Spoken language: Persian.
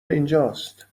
اینجاست